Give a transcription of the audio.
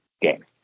game